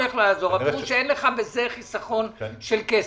הפירוש הוא שאין לך בזה חיסכון של כסף.